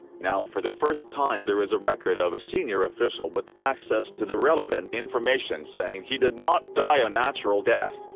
now for the first time there is a record of a senior official with access to the relevant information saying he did not die a natural death,